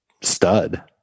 stud